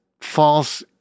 false